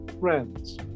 friends